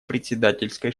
председательской